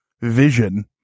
vision